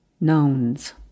Nouns